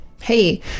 hey